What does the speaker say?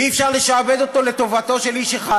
ואי-אפשר לשעבד אותו לטובתו של איש אחד.